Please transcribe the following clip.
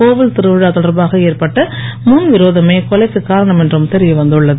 கோவில் திருவிழா தொடர்பாக ஏற்பட்ட முன் விரோதமே கொலைக்கு காரணம் என்றும் தெரிய வந்துள்ளது